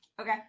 Okay